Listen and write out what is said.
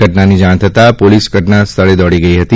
ઘટનાની જાણ થતાં પોલીસ ઘટના સ્થળે દોડી ગઈ હતી